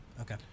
Okay